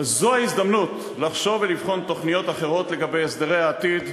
זו ההזדמנות לחשוב ולבחון תוכניות אחרות לגבי הסדרי העתיד,